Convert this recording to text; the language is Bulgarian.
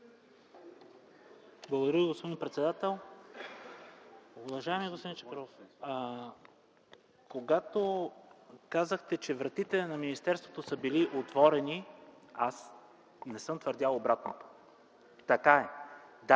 Благодаря Ви, господин председател. Уважаеми господин Чакъров, когато казахте, че вратите на министерството са били отворени, аз не съм твърдял обратното. Така е, да.